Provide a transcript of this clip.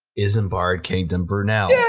isambard kingdom brunel. yeah